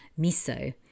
Miso